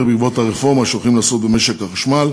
בעקבות הרפורמה שעומדים לעשות במשק החשמל,